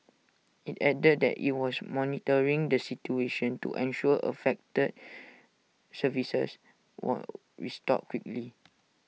IT added that IT was monitoring the situation to ensure affected services were restored quickly